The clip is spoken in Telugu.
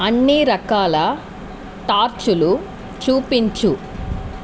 అన్ని రకాల టార్చులు చూపించుము